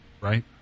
right